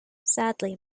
sadly